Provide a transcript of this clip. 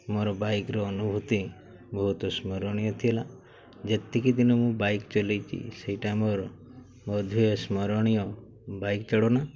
ମୋର ବାଇକ୍ର ଅନୁଭୂତି ବହୁତ ସ୍ମରଣୀୟ ଥିଲା ଯେତିକି ଦିନ ମୁଁ ବାଇକ୍ ଚଲେଇଛି ସେଇଟା ମୋର ମଧ୍ୟ ସ୍ମରଣୀୟ ବାଇକ୍ ଚଳନା